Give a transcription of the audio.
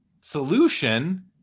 solution